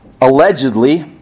allegedly